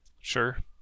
Sure